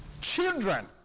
Children